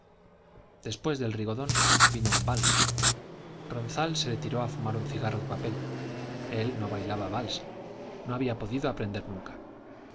después del rigodón vino un wals ronzal se retiró a fumar un cigarro de papel él no bailaba wals no había podido aprender nunca